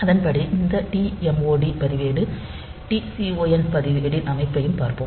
அதன்படி இந்த TMOD பதிவேடு TCON பதிவேடு இன் அமைப்பையும் பார்ப்போம்